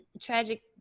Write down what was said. tragic